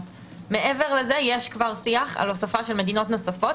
מעבר לזה יש כבר שיח על הוספה של מדינות נוספות.